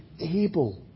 able